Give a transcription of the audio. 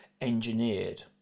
engineered